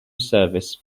service